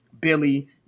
Billy